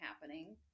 happening